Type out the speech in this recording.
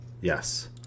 yes